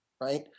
right